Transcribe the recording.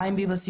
חיים ביבס,